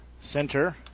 center